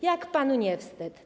Jak panu nie wstyd?